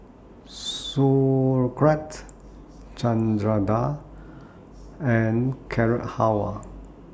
Sauerkraut Chana Dal and Carrot Halwa